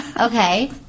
Okay